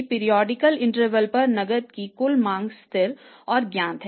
periodical interval पर नकद की कुल मांग स्थिर और ज्ञात है